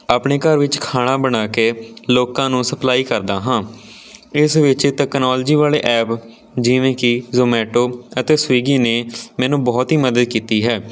ਆਪਣੇ ਘਰ ਵਿੱਚ ਖਾਣਾ ਬਣਾ ਕੇ ਲੋਕਾਂ ਨੂੰ ਸਪਲਾਈ ਕਰਦਾ ਹਾਂ ਇਸ ਵਿੱਚ ਟੈਕਨੋਲਜੀ ਵਾਲੇ ਐਪ ਜਿਵੇਂ ਕਿ ਜ਼ੋਮੈਟੋ ਅਤੇ ਸਵੀਗੀ ਨੇ ਮੈਨੂੰ ਬਹੁਤ ਹੀ ਮਦਦ ਕੀਤੀ ਹੈ